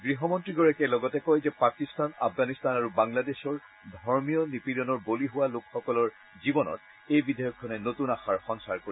গৃহমন্ত্ৰীগৰাকীয়ে লগতে কয় যে পাকিস্তান আফগানিস্তান আৰু বাংলাদেশত ধৰ্মীয় নিপীড়নৰ বলি হোৱা লোকসকলৰ জীৱনত এই বিধেয়কখনে নতুন আশাৰ সঞ্চাৰ কৰিব